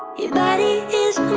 your body is